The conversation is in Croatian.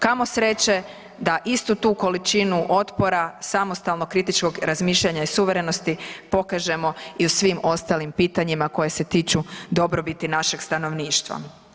Kamo sreće da istu tu količinu otpora samo samostalnog, kritičkog razmišljanja i suverenosti pokažemo i u svim ostalim pitanjima koja se tiču dobrobiti našeg stanovništva.